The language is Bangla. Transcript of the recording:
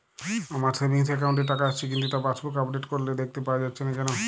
আমার সেভিংস একাউন্ট এ টাকা আসছে কিন্তু তা পাসবুক আপডেট করলে দেখতে পাওয়া যাচ্ছে না কেন?